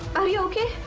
are you okay